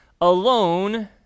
alone